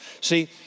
See